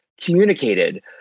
communicated